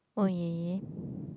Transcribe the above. oh yeah yeah